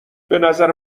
بنظر